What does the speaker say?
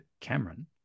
Cameron